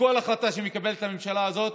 שכל החלטה שמקבלת הממשלה הזאת